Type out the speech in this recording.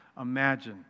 Imagine